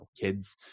kids